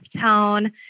tone